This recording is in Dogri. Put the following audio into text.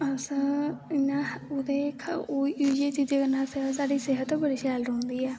अस इयां ओही चीजें कन्नै साढ़ी सेह्त बड़ी शैल रौंह्दी ऐ